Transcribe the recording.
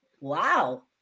wow